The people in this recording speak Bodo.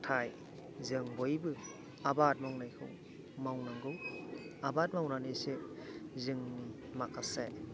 नाथाय जों बयबो आबाद मावनायखौ मावनांगौ आबाद मावनानैसो जोंनि माखासे